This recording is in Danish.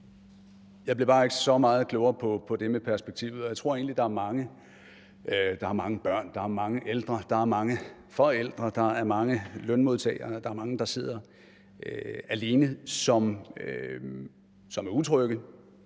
Jeg blev bare ikke så meget klogere på det med perspektivet, og jeg tror egentlig, der er mange – der er mange børn, der er mange ældre, der er mange forældre, der er mange lønmodtagere, der mange, der sidder alene – som er utrygge,